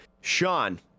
sean